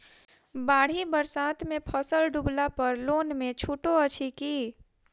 बाढ़ि बरसातमे फसल डुबला पर लोनमे छुटो अछि की